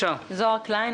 הרבניים,